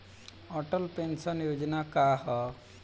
Atal pension योजना का ह?